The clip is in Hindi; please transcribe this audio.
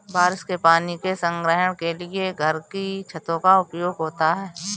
बारिश के पानी के संग्रहण के लिए घर की छतों का उपयोग होता है